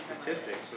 statistics